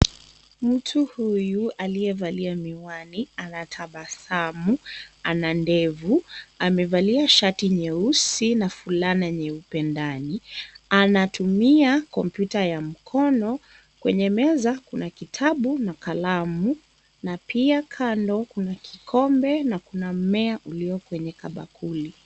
Mtu huyu aliyevalia miwani anatabasamu. Ana ndevu. Amevalia shati nyeusi na fulana nyeupe ndani. Anatumia kompyuta ya mkono. Kwenye meza kuna kitabu na kalamu na pia kando kuna kikombe na kuna mmea ulio kwenye kabakuli.